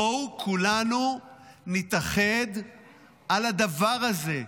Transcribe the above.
בואו כולנו נתאחד על הדבר הזה.